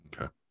okay